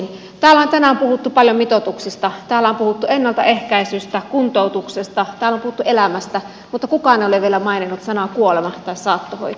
täällä on tänään puhuttu paljon mitoituksista täällä on puhuttu ennaltaehkäisystä kuntoutuksesta täällä on puhuttu elämästä mutta kukaan ei ole vielä maininnut sanaa kuolema tai saattohoito